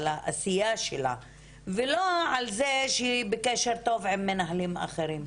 על העשייה שלה ולא על זה שהיא בקשר טוב עם מנהלים אחרים.